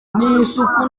n’isuku